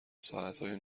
ساعتای